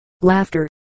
laughter